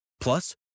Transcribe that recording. plus